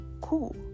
cool